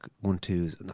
one-twos